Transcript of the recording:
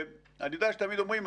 אני יודע שתמיד אומרים,